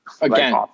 Again